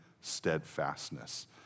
steadfastness